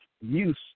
use